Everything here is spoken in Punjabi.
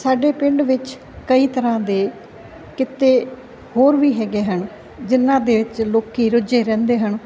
ਸਾਡੇ ਪਿੰਡ ਵਿੱਚ ਕਈ ਤਰ੍ਹਾਂ ਦੇ ਕਿੱਤੇ ਹੋਰ ਵੀ ਹੈਗੇ ਹਨ ਜਿਹਨਾਂ ਦੇ ਵਿੱਚ ਲੋਕ ਰੁੱਝੇ ਰਹਿੰਦੇ ਹਨ